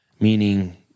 meaning